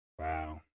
Wow